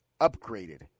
upgraded